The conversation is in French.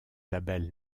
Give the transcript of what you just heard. label